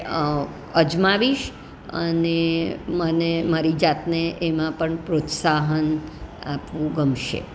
આ અજમાવીશ અને મને મારી જાતને એમાં પણ પ્રોત્સાહન આપવું ગમશે